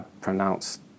pronounced